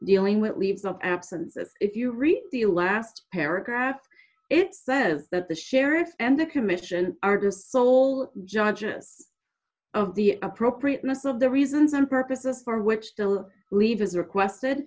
dealing with leaves of absence of if you read the last paragraph it says that the sheriff and the commission artist sole judges of the appropriateness of the reasons and purposes for which still leave as requested